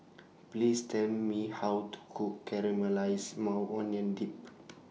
Please Tell Me How to Cook Caramelized Maui Onion Dip